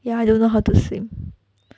ya I don't know how to swim